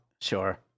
Sure